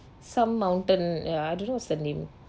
some mountain ya I don't know what's the name